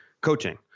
coaching